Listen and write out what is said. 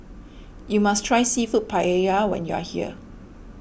you must try Seafood Paella when you are here